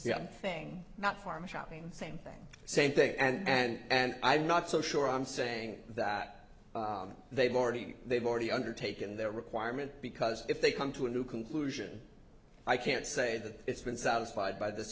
up thing not pharma shopping same thing same thing and and i'm not so sure i'm saying that they've already they've already undertaken their requirement because if they come to a new conclusion i can't say that it's been satisfied by this